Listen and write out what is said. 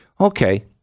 Okay